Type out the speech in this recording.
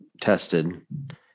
tested